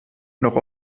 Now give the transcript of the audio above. noch